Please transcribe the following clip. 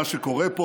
זה מה שקורה.